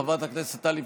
חברת הכנסת טלי פלוסקוב,